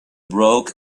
broke